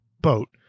boat